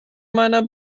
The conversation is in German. meiner